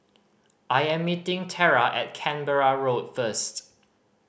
I am meeting Tera at Canberra Road first